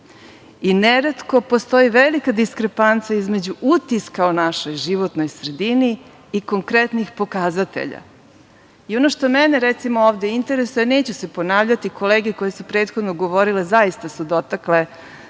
I neretko postoji velika diskrepanca između utiska o našoj životnoj sredini, i konkretnih pokazatelja. Ono što mene recimo ovde interesuje neću se ponavljati, kolege koje su prethodno govorile, zaista su dotakle